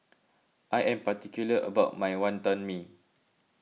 I am particular about my Wantan Mee